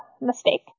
mistake